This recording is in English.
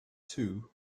too